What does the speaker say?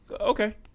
okay